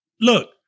look